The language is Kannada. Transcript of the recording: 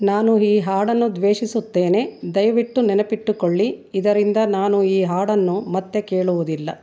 ನಾನು ಈ ಹಾಡನ್ನು ದ್ವೇಷಿಸುತ್ತೇನೆ ದಯವಿಟ್ಟು ನೆನಪಿಟ್ಟುಕೊಳ್ಳಿ ಇದರಿಂದ ನಾನು ಈ ಹಾಡನ್ನು ಮತ್ತೆ ಕೇಳುವುದಿಲ್ಲ